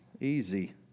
easy